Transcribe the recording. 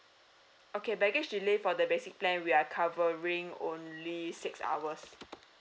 okay baggage delay for the basic plan we are covering only six hours